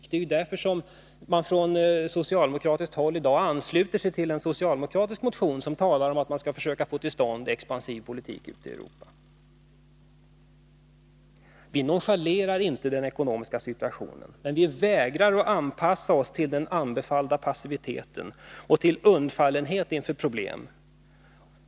Och det är därför som man från socialdemokratiskt håll i dag ansluter sig till en socialdemokratisk motion om att man skall försöka få till stånd en expansiv politik ute i Europa. Vi nonchalerar inte den ekonomiska situationen, men vi vägrar att anpassa oss till den anbefallda passiviteten och till undfallenhet inför problem.